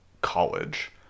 College